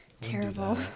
Terrible